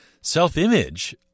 self-image